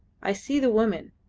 i see the woman.